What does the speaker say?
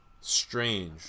Strange